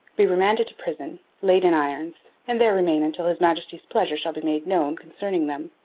be remanded to prison, laid in irons, and there remain until his majesty's pleasure shall be made known concerning them,